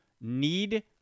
need